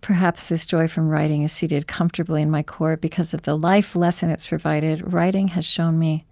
perhaps this joy from writing is seated comfortably in my core because of the life lesson it's provided. writing has shown me